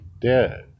dead